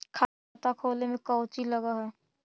खाता खोले में कौचि लग है?